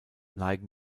neigen